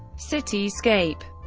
cityscape